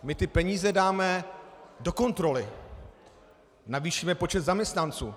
My ty peníze dáme do kontroly, navýšíme počet zaměstnanců.